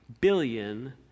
billion